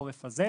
בחורף הזה,